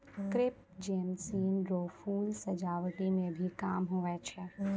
crepe jasmine रो फूल सजावटी मे भी काम हुवै छै